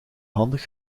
handig